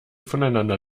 voneinander